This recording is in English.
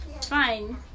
Fine